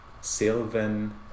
Sylvan